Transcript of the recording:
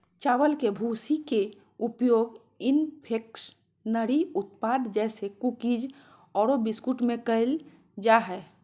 चावल के भूसी के उपयोग कन्फेक्शनरी उत्पाद जैसे कुकीज आरो बिस्कुट में कइल जा है